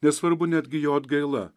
nesvarbu netgi jo atgaila